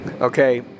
Okay